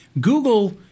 Google